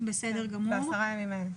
את עשרת הימים האלה.